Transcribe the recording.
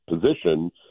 position